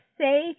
say